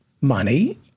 money